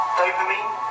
dopamine